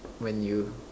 when you